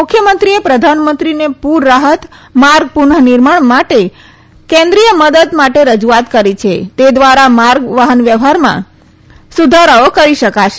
મુખ્યમંત્રીએ પ્રધાનમંત્રીને પૂરરાહત માર્ગ પુનનિર્માણ માટે કેન્દ્રીય મદદ માટે રજુઆત કરી છે તે દ્વારા માર્ગવ્યવહારમાં સુધારાઓ કરી શકાશે